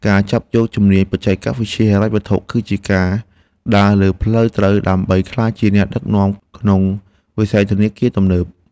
ការចាប់យកជំនាញបច្ចេកវិទ្យាហិរញ្ញវត្ថុ គឺជាការដើរលើផ្លូវត្រូវដើម្បីក្លាយជាអ្នកដឹកនាំក្នុងវិស័យធនាគារទំនើប។